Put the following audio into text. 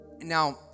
Now